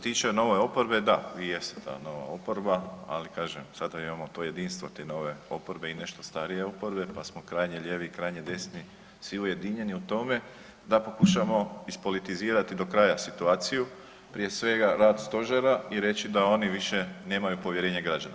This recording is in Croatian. Što se tiče nove oporbe, da, vi jeste ta nova oporba ali kažem zato imamo to jedinstvo te nove oporbe i nešto starije oporbe pa smo krajnje lijevi i krajnje desni svi ujedinjeni u tome da pokušamo ispolitizirati do kraja situaciju, prije svega rad stožera i reći da oni više nemaju povjerenje građana.